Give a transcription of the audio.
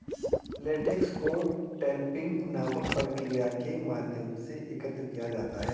latex को tapping नामक प्रक्रिया के माध्यम से एकत्र किया जाता है